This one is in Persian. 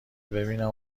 ببینم